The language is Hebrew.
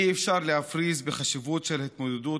אי-אפשר להפריז בחשיבות של ההתמודדות